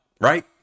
right